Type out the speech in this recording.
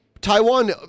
taiwan